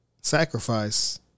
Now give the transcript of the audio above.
sacrifice